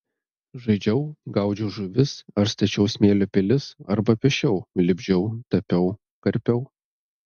žaidžiau gaudžiau žuvis ar stačiau smėlio pilis arba piešiau lipdžiau tapiau karpiau